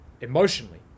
emotionally